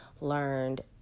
learned